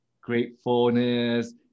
Gratefulness